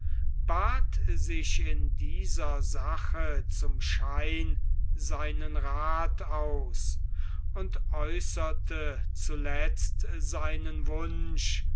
bat sich in dieser sache zum schein seinen rath aus und äußerte zuletzt seinen wunsch